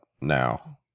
now